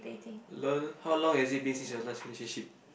learn how long has it been since your last relationship